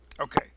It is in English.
Okay